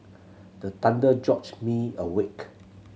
the thunder me awake